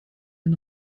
den